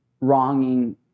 wronging